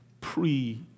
pre